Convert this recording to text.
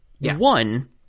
One